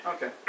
Okay